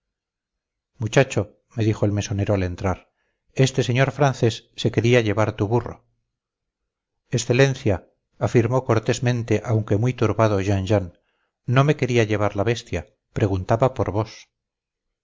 muchacho me dijo el mesonero al entrar este señor francés se quería llevar tu burro excelencia afirmó cortésmente aunque muy turbado jean jean no me quería llevar la bestia preguntaba por vos